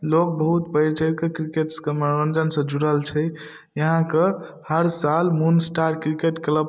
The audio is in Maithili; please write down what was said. लोक बहुत बढ़ि चढ़िकऽ किरकेटके मनोरञ्जनसँ जुड़ल छै यहाँके हर साल मून स्टार किरकेट क्लब